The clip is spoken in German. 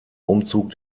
umzug